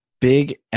big